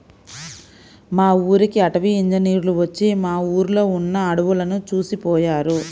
మా ఊరికి అటవీ ఇంజినీర్లు వచ్చి మా ఊర్లో ఉన్న అడువులను చూసిపొయ్యారు